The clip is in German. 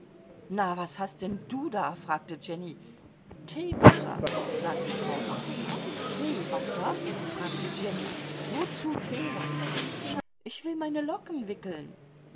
na was hast denn du da fragte jenny teewasser sagte traute teewasser fragte jenny wozu teewasser ich will meine locken wickeln